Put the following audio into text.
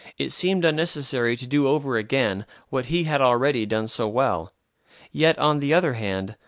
it seemed unnecessary to do over again what he had already done so well yet, on the other hand,